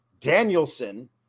danielson